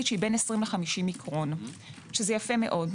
שהיא בין 20 ל-50 מיקרון שזה יפה מאוד.